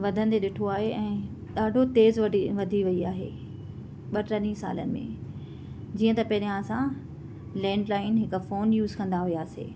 वधंदे ॾिठो आहे ऐं ॾाढो तेज़ वडी वधी वई आहे ॿ टिनिनि सालनि में जीअं त पहिरां असां लेंड लाइन हिकु फोन यूज़ कंदा हुयासीं